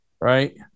Right